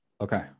okay